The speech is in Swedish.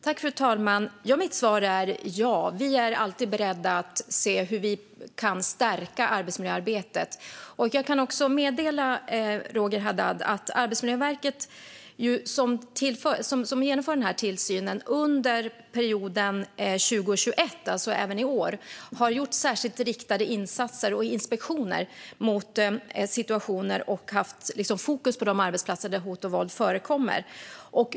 Fru talman! Mitt svar är ja. Vi är alltid beredda att se på hur vi kan stärka arbetsmiljöarbetet. Jag kan också meddela Roger Haddad att Arbetsmiljöverket, som genomför tillsynen, under perioden som sträcker sig till 2021, alltså även i år, har gjort särskilt riktade insatser och inspektioner vid situationer och har haft fokus på de arbetsplatser där hot och våld förekommer.